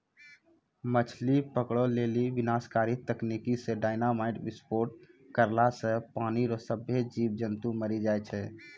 मछली पकड़ै लेली विनाशकारी तकनीकी से डेनामाईट विस्फोट करला से पानी रो सभ्भे जीब जन्तु मरी जाय छै